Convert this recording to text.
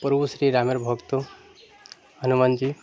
প্রভু শ্রী রামের ভক্ত হনুমানজী